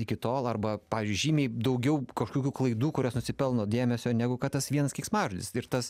iki tol arba pavyzdžiui žymiai daugiau kažkokių klaidų kurios nusipelno dėmesio negu kad tas vienas keiksmažodis ir tas